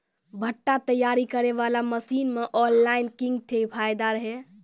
भुट्टा तैयारी करें बाला मसीन मे ऑनलाइन किंग थे फायदा हे?